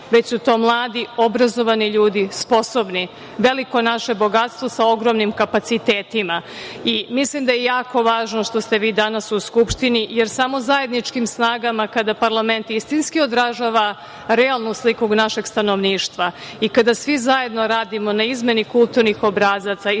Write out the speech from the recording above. već su to mladi, obrazovani ljudi, sposobni, veliko naše bogatstvo sa ogromnim kapacitetima. Mislim da je jako važno što ste vi danas u Skupštini jer samo zajedničkim snagama kada parlament istinski izražava realnu sliku našeg stanovništva i kada svi zajedno radimo na izmeni kulturnih obrazaca